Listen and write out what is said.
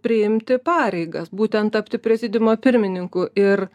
priimti pareigas būtent tapti prezidiumo pirmininku ir